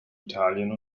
italien